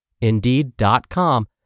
Indeed.com